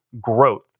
growth